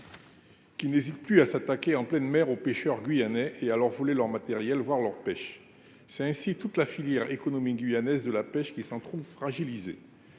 ils n'hésitent plus à s'attaquer en pleine mer aux pêcheurs guyanais et à leur voler leur matériel, voire leur pêche. C'est toute la filière économique guyanaise de la pêche qui s'en trouve fragilisée.